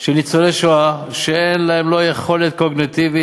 של ניצולי שואה שאין להם לא יכולת קוגניטיבית